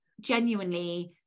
genuinely